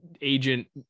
agent